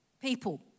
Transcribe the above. people